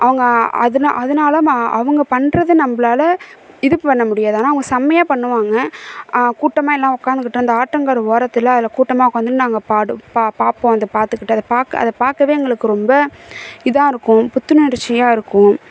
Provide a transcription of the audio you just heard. அவங்க அதுனா அதனால ம அவங்க பண்றது நம்மளால இது பண்ண முடியாது ஆனால் அவங்க செம்மையாக பண்ணுவாங்க கூட்டமாக எல்லாம் உக்காந்துக்கிட்டு இந்த ஆற்றங்கரை ஓரத்தில் அதில் கூட்டமாக உக்காந்துனு நாங்கள் பாடு பா பா பார்ப்போம் அதை பார்த்துக்கிட்டு அதை பார்க்க அதை பார்க்கவே எங்களுக்கு ரொம்ப இதாக இருக்கும் புத்துணர்ச்சியாக இருக்கும்